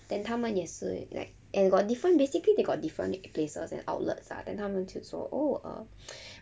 then 他们也是 like and got different basically they got different places and outlets ah then 他们就说 oh uh